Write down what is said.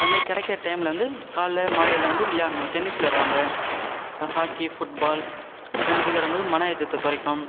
அந்த மாதிரி கிடைக்கிற டைமில் வந்து காலைல மாலையில் வந்து விளையாடணும் டென்னிஸ் விளையாடுவாங்க ஹாக்கி ஃபுட் பால் அந்த மாதிரி விளையாடும் போது மனஅழுத்தத்தைக் குறைக்கும்